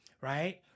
right